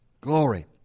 Glory